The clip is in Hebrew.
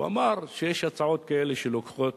הוא אמר: יש הצעות כאלה שלוקחות